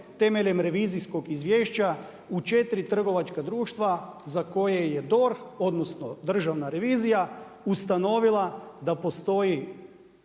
temeljem revizijskog izvješća u četiri trgovačka društva za koje je DORH odnosno Državna revizija ustanovila da postoje